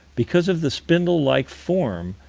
because of the spindle-like form,